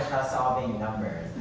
us all being numbers.